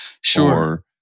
Sure